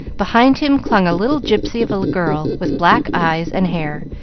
behind him clung a little gypsy of a girl, with black eyes and hair,